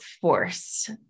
force